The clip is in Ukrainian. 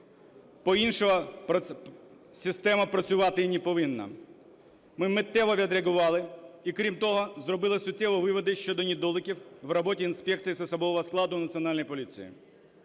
По-іншому система працювати не повинна. Ми миттєво відреагували і крім того зробили суттєві виводи щодо недоліків в роботі інспекції з особового складу Національної поліції.